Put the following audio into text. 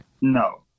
No